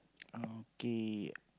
okay